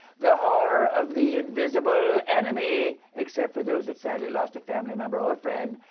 the horror of the invisible enemy, except for those that sadly lost a family member or friend,